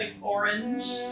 orange